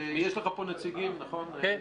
יש לך פה נציגה, נכון?